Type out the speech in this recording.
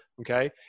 okay